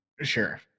sure